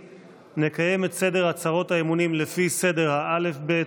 נקיים את סדר הצהרות האמונים לפי סדר האל"ף-בי"ת.